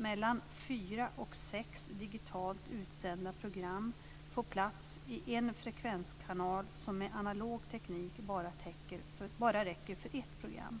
Mellan fyra och sex digitalt utsända program får plats i en frekvenskanal som med analog teknik bara räcker för ett program.